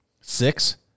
six